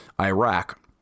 Iraq